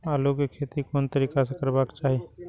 आलु के खेती कोन तरीका से करबाक चाही?